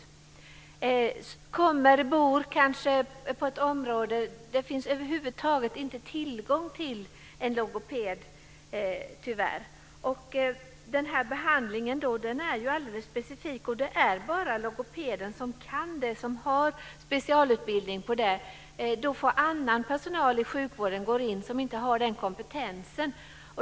Han eller hon kanske bor i ett område där det över huvud taget inte finns tillgång till logoped. Behandlingen är specifik, och det är bara logopeden som kan utföra den och som har specialutbildning. Då får annan personal i sjukvården, som inte har den kompetensen, gå in.